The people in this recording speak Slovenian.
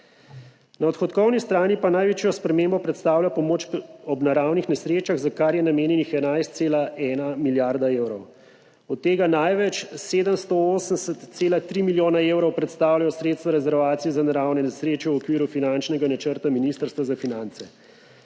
Na odhodkovni strani pa največjo spremembo predstavlja pomoč ob naravnih nesrečah, za kar je namenjenih 11,1 milijarde evrov, od tega največ, 780,3 milijona evrov, predstavljajo sredstva rezervacije za naravne nesreče v okviru finančnega načrta Ministrstva za finance.